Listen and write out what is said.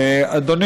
שרה דווארה.